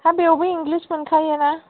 हा बेवबो इंलिस मोनखायो ना